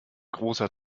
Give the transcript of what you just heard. großer